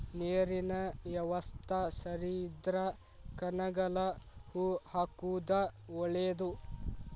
ನೇರಿನ ಯವಸ್ತಾ ಸರಿ ಇದ್ರ ಕನಗಲ ಹೂ ಹಾಕುದ ಒಳೇದ